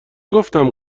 گفتم